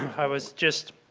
i was just